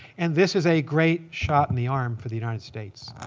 and this is a great shot in the arm for the united states.